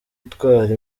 itwara